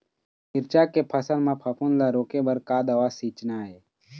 मिरचा के फसल म फफूंद ला रोके बर का दवा सींचना ये?